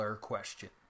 question